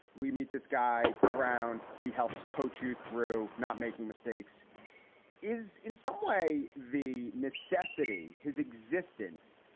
we meet this guy. brown, he helps coach you through not making mistakes is in some way the necessity his existence.